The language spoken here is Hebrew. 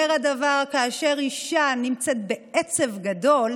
אומר הדבר שכאשר אישה נמצאת בעצב גדול,